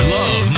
Love